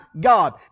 God